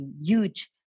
huge